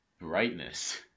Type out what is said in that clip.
brightness